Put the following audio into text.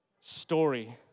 story